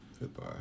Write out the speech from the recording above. goodbye